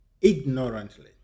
ignorantly